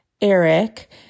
Eric